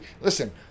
listen